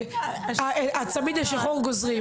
הצמיד השחור, גוזרים.